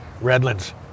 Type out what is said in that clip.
Redlands